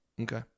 Okay